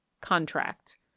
contract